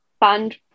band